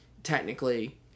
Technically